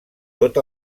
tot